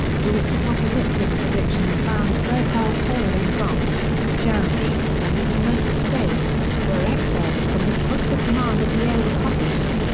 douhet's apocalyptic predictions found fertile soil in france, germany, and the united states, where excerpts from his book the command of the air were published.